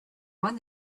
won